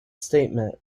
statement